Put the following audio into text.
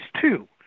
two